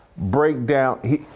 Breakdown